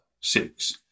six